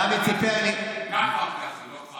דוד סיפר לי, כַּפַר קאסם, לא כְּפַר קאסם.